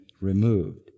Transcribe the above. removed